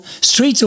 Streets